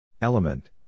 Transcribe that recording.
Element